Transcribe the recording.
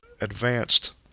advanced